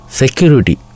security